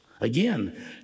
Again